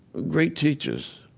great teachers